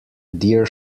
deer